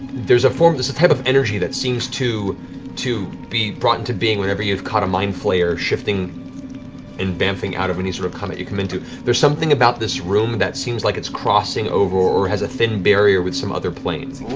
there's a type of energy that seems to to be brought into being whenever you've caught a mind flayer shifting and bamfing out of any sort of combat you come into. there's something about this room that seems like it's crossing over or has a thin barrier with some other plane.